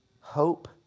hope